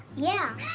yeah!